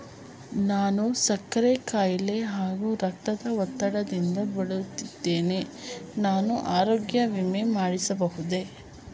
ನಾನು ಸಕ್ಕರೆ ಖಾಯಿಲೆ ಹಾಗೂ ರಕ್ತದ ಒತ್ತಡದಿಂದ ಬಳಲುತ್ತಿದ್ದೇನೆ ನಾನು ಆರೋಗ್ಯ ವಿಮೆ ಮಾಡಿಸಬಹುದೇ?